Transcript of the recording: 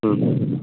ம்